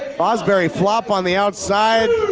fosbury flop on the outside,